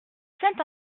saint